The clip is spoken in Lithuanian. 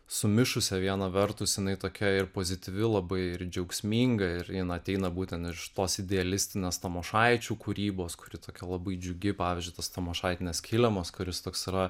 sumišusią viena vertus jinai tokia ir pozityvi labai ir džiaugsminga ir jin ateina būtent iš tos idealistinės tamošaičių kūrybos kuri tokia labai džiugi pavyzdžiui tos tamošaitienės kilimas kuris toks yra